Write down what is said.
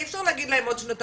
אי אפשר להגיד להם עוד שנתיים.